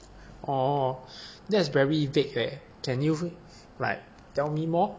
oh that's very vague leh can you like tell me more